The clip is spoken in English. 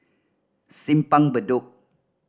Simpang Bedok